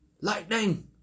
Lightning